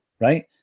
right